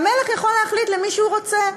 והמלך יכול להחליט, למי שהוא רוצה.